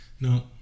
No